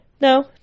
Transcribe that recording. No